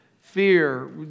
fear